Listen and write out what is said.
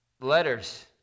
Letters